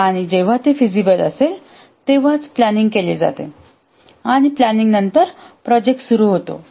आणि जेव्हा ते फिजिबल असेल तेव्हाच प्लॅनिंग केले जाते आणि प्लॅनिंग नंतर प्रोजेक्ट सुरू होतो